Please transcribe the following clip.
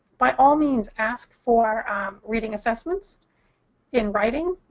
by all means ask for reading assessments in writing.